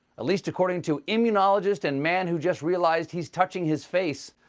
at least according to immunologist and man who just realized he's touching his face,